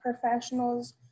professionals